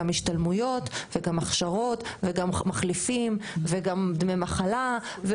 השתלמויות וגם הכשרות וגם מחליפים וגם דמי מחלה.